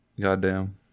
Goddamn